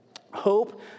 Hope